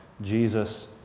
Jesus